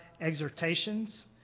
exhortations